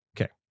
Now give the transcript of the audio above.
Okay